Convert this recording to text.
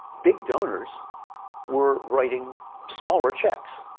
big donors were writing smaller checks.